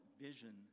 vision